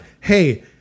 hey